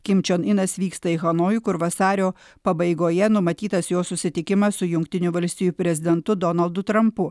kimčion inas vyksta į hanojų kur vasario pabaigoje numatytas jo susitikimas su jungtinių valstijų prezidentu donaldu trampu